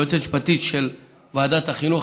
היועצת המשפטית של ועדת החינוך,